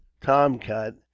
tomcat